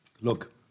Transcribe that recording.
look